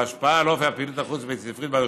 והשפעה על אופי הפעילות החוץ-בית-ספרית ברשות.